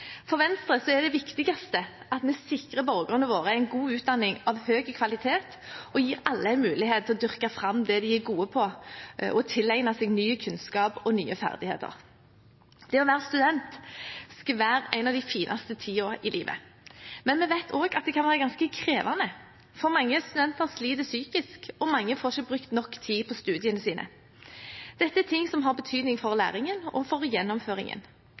For Venstre er det viktigste at vi sikrer borgerne våre en god utdanning av høy kvalitet og gir alle en mulighet til å dyrke fram det de er gode på, og til å tilegne seg ny kunnskap og nye ferdigheter. Det å være student skal være en av de fineste periodene i livet. Men vi vet også at det kan være ganske krevende. For mange studenter sliter psykisk, og mange får ikke brukt nok tid på studiene sine. Dette er ting som har betydning for læringen og gjennomføringen. Jeg er derfor glad for